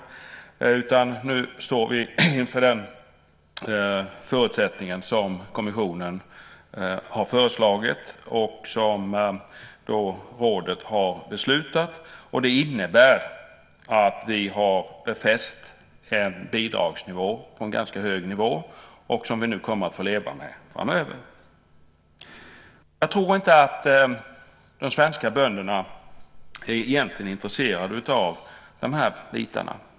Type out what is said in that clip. Nu står vi inför den förutsättning som kommissionen har föreslagit och som rådet har beslutat, och det innebär att vi har befäst en bidragsnivå som är ganska hög som vi nu kommer att få leva med framöver. Jag tror inte att de svenska bönderna egentligen är intresserade av de här bitarna.